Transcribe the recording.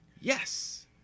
Yes